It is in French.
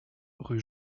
rue